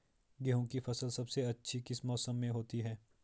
गेहूँ की फसल सबसे अच्छी किस मौसम में होती है